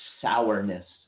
sourness